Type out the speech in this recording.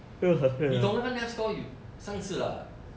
你懂那个 net score yo~ 上次